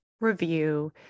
review